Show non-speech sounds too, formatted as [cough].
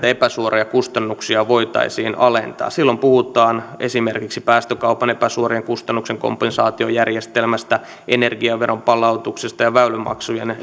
[unintelligible] epäsuoria kustannuksia voitaisiin alentaa silloin puhutaan esimerkiksi päästökaupan epäsuorien kustannusten kompensaatiojärjestelmästä energiaveron palautuksesta ja väylämaksujen [unintelligible]